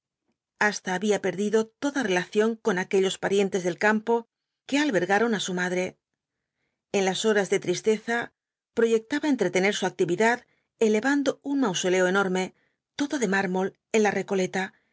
hasta había perdido toda relación con aquellos parientes del campo que albergaron á su madre en las horas de tristeza proyectaba entretener su actividad elevando un mausoleo enorme todo de mármol en la recoleta